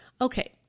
Okay